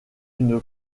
une